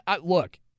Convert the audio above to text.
look